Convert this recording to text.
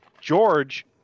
George